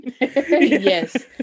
Yes